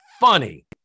funny